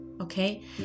Okay